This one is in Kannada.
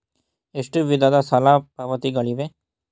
ಎಷ್ಟು ವಿಧದ ಸಾಲ ಪಾವತಿಗಳಿವೆ?